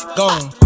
gone